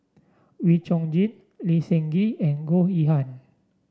Wee Chong Jin Lee Seng Gee and Goh Yihan